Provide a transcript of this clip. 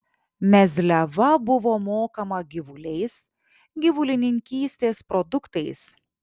mezliava buvo mokama gyvuliais gyvulininkystės produktais